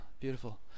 beautiful